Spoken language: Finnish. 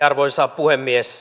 arvoisa puhemies